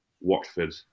Watford